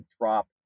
drop